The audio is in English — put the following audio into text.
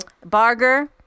Barger